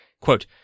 Quote